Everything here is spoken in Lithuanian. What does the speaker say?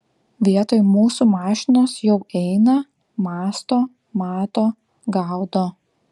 vietoj mūsų mašinos jau eina mąsto mato gaudo